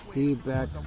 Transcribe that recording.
Feedback